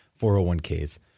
401ks